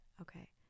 Okay